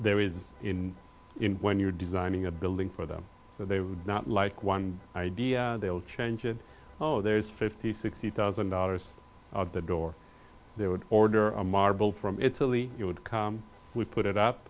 there is in when you're designing a building for them so they would not like one idea they will change it oh there's fifty sixty thousand dollars the door they would order a marble from italy it would come we put it up